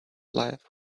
life